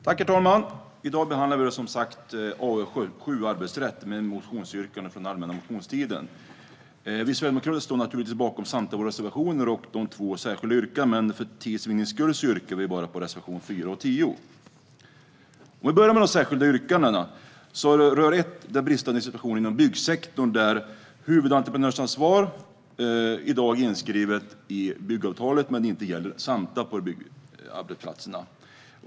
Herr talman! I dag behandlar vi AU7 Arbetsrätt , med motionsyrkanden från den allmänna motionstiden. Vi sverigedemokrater står naturligtvis bakom samtliga våra reservationer och våra två särskilda yttranden, men för tids vinnande yrkar jag bifall endast till reservationerna 4 och 10. Om vi börjar med de särskilda yttrandena så rör ett den bristande situationen inom byggsektorn, där huvudentreprenörsansvar i dag är inskrivet i byggavtal men inte gäller samtliga på byggarbetsplatserna.